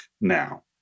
now